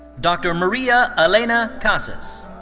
dr. maria elena casas.